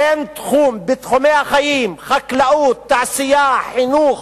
אין תחום בתחומי החיים, חקלאות, תעשייה, חינוך,